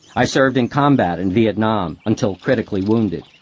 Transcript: i served in combat in vietnam-until critically wounded.